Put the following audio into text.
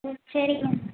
ம் சரிங்க